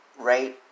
right